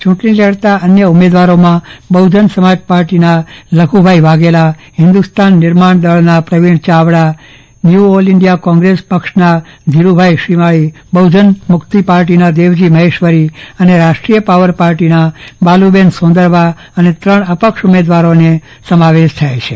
ચુંટણી લડતા અન્ય ઉમેદવારોમાં બહુજન સમાજ પાર્ટીના લખુભાઈ વાઘેલા હિન્દસ્તાન નિર્માણ દળના Pravin Chavda new all India Congress પક્ષના ધિરૂભાઈ શ્રીમાળી બહુજન મુક્તી પાર્ટીના દેવજી મહેશ્વરી અને રાષ્ટ્રીય પાવર પાર્ટીના બાલુબેન સોંદરવા અને ત્રણ અપક્ષ ઉમેદવારોનો સમાવેશ થાય છે